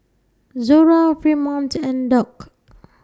Zora Fremont and Doc